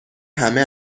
همه